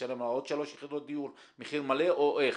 לשלם על עוד שלוש יחידות דיור מחיר מלא או איך?